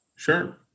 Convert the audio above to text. Sure